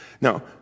Now